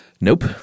Nope